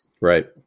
Right